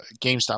GameStop